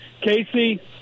casey